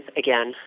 again